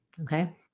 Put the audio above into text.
Okay